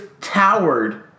towered